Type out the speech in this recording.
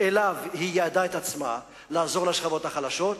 שאליו היא ייעדה את עצמה, לעזור לשכבות החלשות,